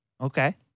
Okay